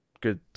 good